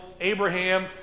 Abraham